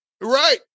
Right